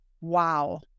Wow